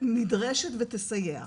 נדרשת ותסייע.